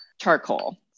charcoal